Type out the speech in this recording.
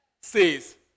says